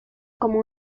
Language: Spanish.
como